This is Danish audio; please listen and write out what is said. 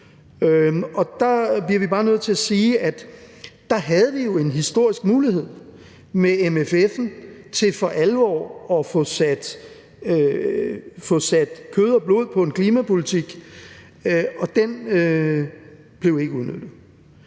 Og der bliver vi bare nødt til at sige, at der havde vi jo en historisk mulighed, med MFF'en, for for alvor at få sat kød og blod på en klimapolitik, og den blev ikke udnyttet.